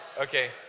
okay